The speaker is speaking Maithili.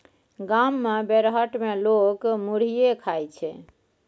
गाम मे बेरहट मे लोक मुरहीये खाइ छै